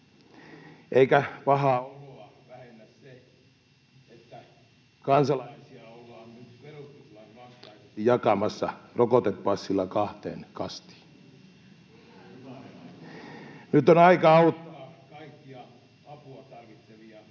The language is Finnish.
eikä pahaa oloa vähennä se, että kansalaisia ollaan nyt perustuslain vastaisesti jakamassa rokotepassilla kahteen kastiin. Nyt on aika auttaa kaikkia apua tarvitsevia,